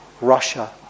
Russia